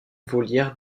volière